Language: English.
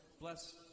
Bless